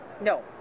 No